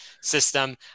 system